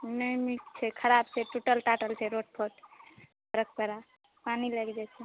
नहि नीक छै ख़राब छै टूटल टाटल छै रोडसभ सड़क पानि लागि जाइ छै